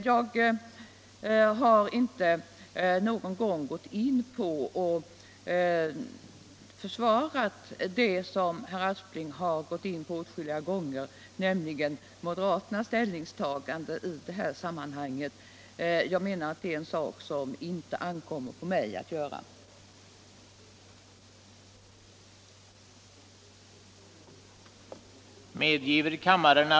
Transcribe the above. Jag har inte någon gång försvarat det som herr Aspling har tagit upp åtskilliga gånger, nämligen moderaternas ställningstagande i detta sammanhang. Jag menar att det inte ankommer på mig att göra det.